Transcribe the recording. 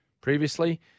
previously